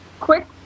Quick